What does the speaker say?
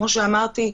כמו שאמרתי,